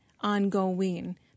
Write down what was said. ongoing